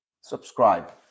subscribe